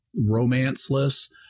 romanceless